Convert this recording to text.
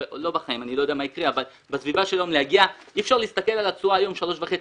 ואי אפשר להסתכל רק על התשואה של היום, על ה-3.5.